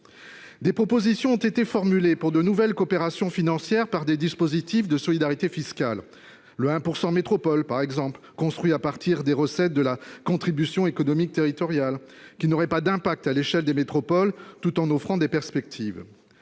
Des propositions ont été formulées pour de nouvelles coopérations financières par des dispositifs de solidarité fiscale. Ainsi, le 1 % métropole, construit à partir des recettes de la contribution économique territoriale, n'aurait pas d'impact à l'échelle des métropoles, tout en offrant des perspectives.